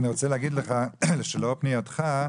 לאור פנייתך,